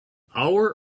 our